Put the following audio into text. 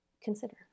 consider